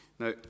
Now